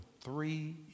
three